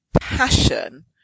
passion